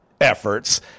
efforts